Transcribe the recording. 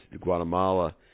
Guatemala